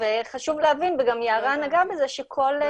לא הבנתי.